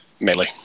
Melee